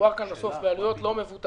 ומדובר כאן בסוף בעלויות לא מבוטלות,